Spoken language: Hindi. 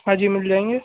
हाँ जी मिल जाएँगे